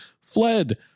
fled